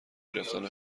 گرفتن